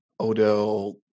Odell